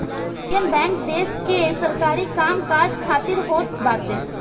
Indian bank देस के सरकारी काम काज खातिर होत बाटे